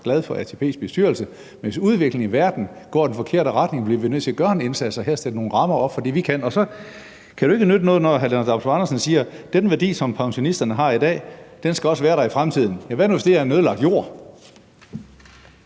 glad for ATP's bestyrelse, men hvis udviklingen i verden går i den forkerte retning, bliver vi nødt til at gøre en indsats og her sætte nogle rammer op for det, vi kan. Så kan det jo ikke nytte noget, at hr. Lennart Damsbo-Andersen siger, at den værdi, som pensionisterne har i dag, også skal være der i fremtiden, for hvad nu, hvis det er en ødelagt jord?